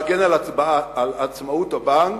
להגן על עצמאות הבנק,